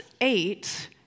eight